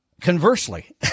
Conversely